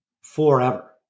forever